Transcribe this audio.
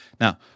Now